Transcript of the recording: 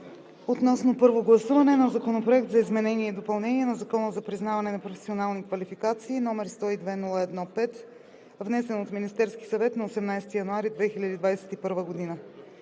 относно Законопроект за изменение и допълнение на Закона за признаване на професионални квалификации, № 102-01-5, внесен от Министерския съвет на 18 януари 2021 г.